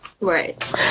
Right